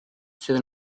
sydd